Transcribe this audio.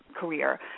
career